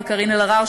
וקארין אלהרר,